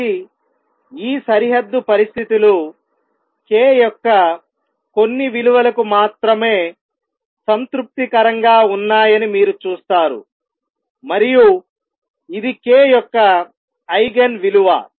కాబట్టి ఈ సరిహద్దు పరిస్థితులు k యొక్క కొన్ని విలువలకు మాత్రమే సంతృప్తికరంగా ఉన్నాయని మీరు చూస్తారు మరియు ఇది k యొక్క ఐగెన్ విలువ